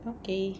okay